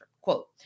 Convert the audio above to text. Quote